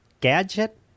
Gadget